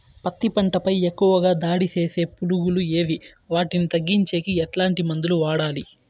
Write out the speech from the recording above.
పత్తి పంట పై ఎక్కువగా దాడి సేసే పులుగులు ఏవి వాటిని తగ్గించేకి ఎట్లాంటి మందులు వాడాలి?